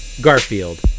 Garfield